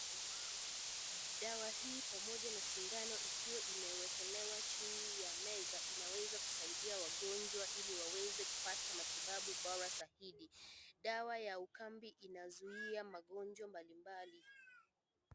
Dawa hii pamoja na sindano ikiwa imewekelewa juu ya meza inaweza kusaidia wagonjwa ili waweze kupata matibabu bora zaidi. Dawa ya ukambi inazuia magonjwa mbalimbali.